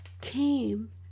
came